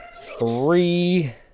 three